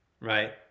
right